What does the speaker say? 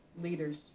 leaders